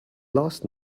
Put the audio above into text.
last